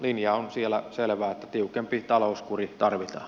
linja on selvä että tiukempi talouskuri tarvitaan